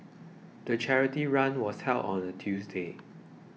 the charity run was held on a Tuesday